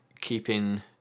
keeping